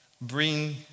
Bring